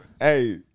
Hey